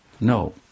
No